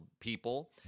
people